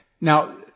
Now